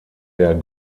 der